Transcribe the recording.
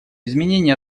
изменения